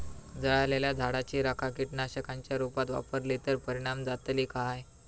जळालेल्या झाडाची रखा कीटकनाशकांच्या रुपात वापरली तर परिणाम जातली काय?